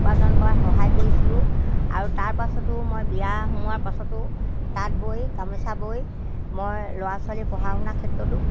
উপাৰ্জন কৰা সহায় কৰিছিলোঁ আৰু তাৰ পাছতো মই বিয়া সোমোৱাৰ পাছতো তাঁত বৈ গামোচা বৈ মই ল'ৰা ছোৱালীৰ পঢ়া শুনাৰ ক্ষেত্ৰতো